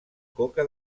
coca